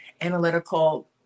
analytical